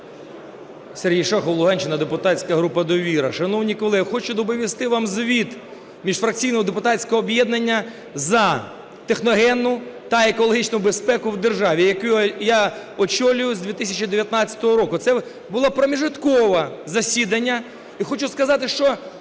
Сергій Шахов, Луганщина, депутатська група "Довіра". Шановні колеги, хочу доповісти вам звіт міжфракційного депутатського об'єднання "За техногенну та екологічну безпеку в державі", яку я очолюю з 2019 року. Це було промежуткове засідання.